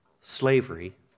slavery